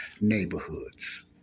neighborhoods